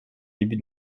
début